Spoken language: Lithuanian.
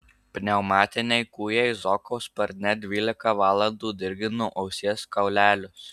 pneumatiniai kūjai zoko sparne dvylika valandų dirgino ausies kaulelius